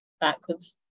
backwards